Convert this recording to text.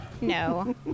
no